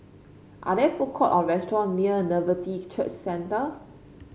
are there food court or restaurant near Nativity Church Center